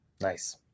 nice